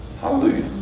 Hallelujah